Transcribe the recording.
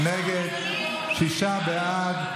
63 נגד, שישה בעד.